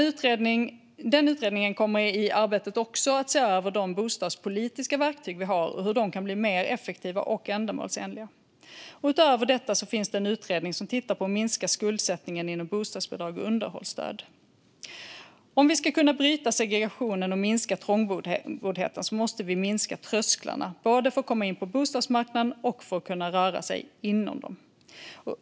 Utredningen kommer i arbetet att också se över de bostadspolitiska verktyg som finns och hur de kan bli mer effektiva och ändamålsenliga. Utöver detta finns det en utredning som tittar på att minska skuldsättningen inom området bostadsbidrag och underhållsstöd. Om vi ska bryta segregationen och minska trångboddheten måste vi minska trösklarna både för att komma in på bostadsmarknaden och för att kunna röra sig inom den.